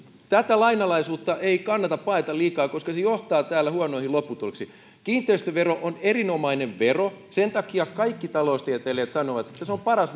tätä lainalaisuutta ei kannata paeta liikaa koska se johtaa täällä huonoihin lopputuloksiin kiinteistövero on erinomainen vero kaikki taloustieteilijät sanovat että se se on paras